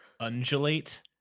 undulate